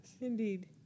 Indeed